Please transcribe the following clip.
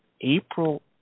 April –